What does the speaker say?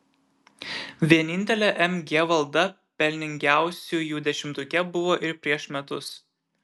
vienintelė mg valda pelningiausiųjų dešimtuke buvo ir prieš metus